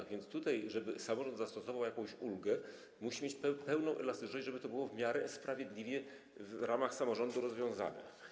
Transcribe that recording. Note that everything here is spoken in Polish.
Tak więc tutaj, żeby samorząd zastosował jakąś ulgę, musi mieć pełną elastyczność, tak żeby to było w miarę sprawiedliwie w ramach samorządu rozwiązane.